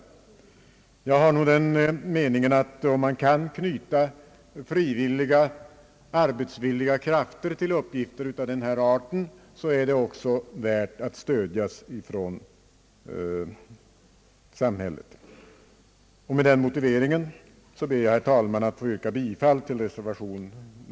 Jag är av den meningen att om man kan knyta frivilliga och arbetsvilliga till uppgifter av denna art är det värt att stödjas av statsmakterna. Med denna motivering ber jag, herr talman, att få yrka bifall till reservanen.